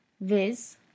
viz